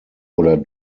oder